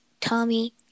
Tommy